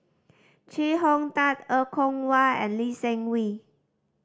Chee Hong Tat Er Kwong Wah and Lee Seng Wee